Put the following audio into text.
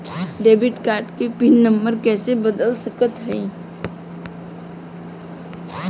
Debit card क pin number कइसे बदल सकत हई?